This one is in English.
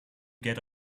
get